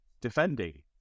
defending